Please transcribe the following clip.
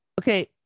Okay